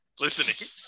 listening